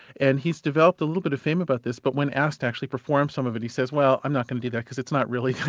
and he's developed a little bit of fame about this, but when asked actually to perform some of it, he says, well, i'm not going to do that because it's not really